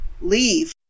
leave